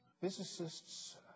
Physicists